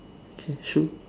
okay shoe